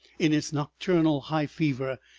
in its nocturnal high fever,